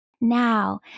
Now